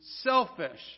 Selfish